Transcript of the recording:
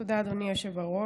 תודה, אדוני היושב-ראש.